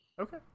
Okay